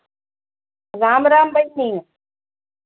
राम राम बहिनी